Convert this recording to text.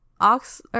ox